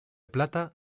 plata